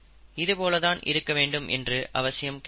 இதுபோல தான் இருக்க வேண்டும் என்ற அவசியம் கிடையாது